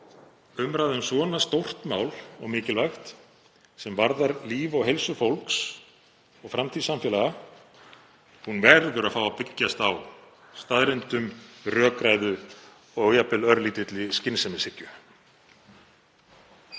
umræðu um svona stórt mál og mikilvægt sem varðar líf og heilsu fólks og framtíð samfélaga, að hún verður að fá að byggjast á staðreyndum, rökræðu og jafnvel örlítilli skynsemishyggju.